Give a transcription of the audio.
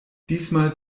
diesmal